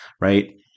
right